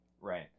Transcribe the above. Right